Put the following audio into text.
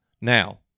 Now